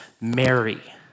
Mary